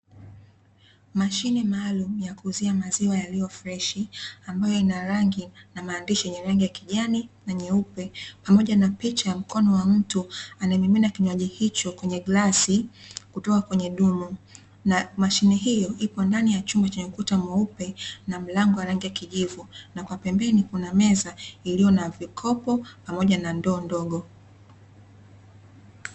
Mashine maalumu ya kuuzia maziwa yaliyo freshi, ambayo ina rangi na maandishi ya rangi ya kijani na nyeupe pamoja na picha ya mkono wa mtu anayemimina kinywaji hicho kwenye glasi kutoka kwenye dumu. Na mashine hiyo ipo ndani ya chumba chenye ukuta mweupe na mlango wa rangi ya kijivu, na kwa pembeni kuna meza iliyo na vikopo pamoja na ndoo ndogo.